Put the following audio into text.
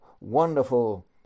wonderful